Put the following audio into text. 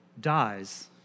dies